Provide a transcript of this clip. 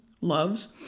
loves